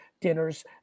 dinners